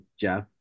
Jeff